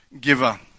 giver